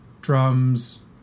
Drums